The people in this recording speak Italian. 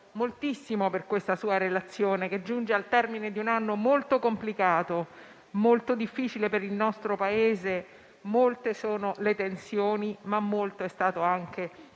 moltissimo per questa sua relazione, che giunge al termine di un anno molto complicato, molto difficile per il nostro Paese. Molte sono le tensioni, ma molto è stato anche il